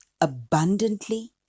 abundantly